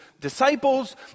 disciples